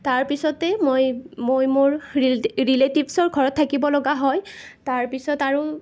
তাৰ পিছতে মই মই মোৰ ৰিলেটিভচ্ৰ ঘৰত থাকিব লগা হয় তাৰ পিছত আৰু